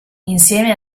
insieme